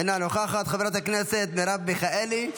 אינה נוכחת, חברת הכנסת מרב מיכאלי,